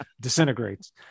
disintegrates